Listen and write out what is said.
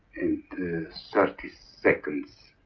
so thirty seconds.